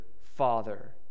father